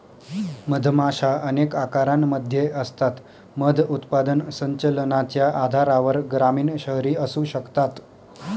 मधमाशा अनेक आकारांमध्ये असतात, मध उत्पादन संचलनाच्या आधारावर ग्रामीण, शहरी असू शकतात